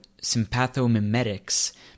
sympathomimetics